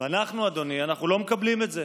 אנחנו, אדוני, אנחנו לא מקבלים את זה.